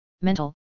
mental